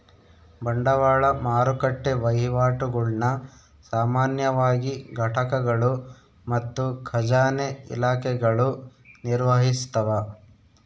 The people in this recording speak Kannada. ಬಂಡವಾಳ ಮಾರುಕಟ್ಟೆ ವಹಿವಾಟುಗುಳ್ನ ಸಾಮಾನ್ಯವಾಗಿ ಘಟಕಗಳು ಮತ್ತು ಖಜಾನೆ ಇಲಾಖೆಗಳು ನಿರ್ವಹಿಸ್ತವ